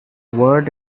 word